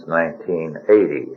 1980